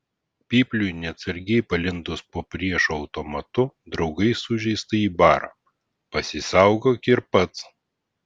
pypliui neatsargiai palindus po priešo automatu draugai sužeistąjį bara pasisaugok ir pats